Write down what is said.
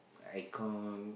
air con